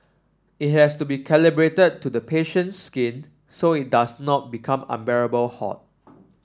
it has to be calibrated to the patient's skin so it does not become unbearably hot